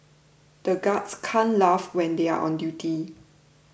the guards can't laugh when they are on duty